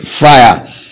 Fire